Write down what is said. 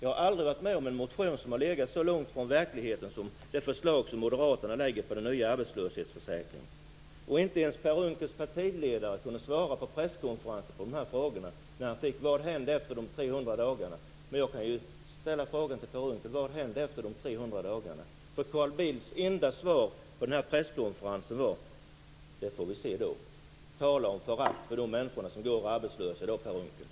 Jag har aldrig varit med om en motion som har legat så långt från verkligheten som det förslag om en ny arbetslöshetsförsäkring som moderaterna lägger fram. Inte ens Per Unckels partiledare kunde på presskonferensen svara på frågan: Vad händer efter de 300 dagarna? Men jag kan ju ställa frågan till Per Unckel. Vad händer efter de 300 dagarna? Carl Bildts enda svar på presskonferensen var: Det får vi se då. Tala om förakt för de människor som går arbetslösa i dag, Per Unckel!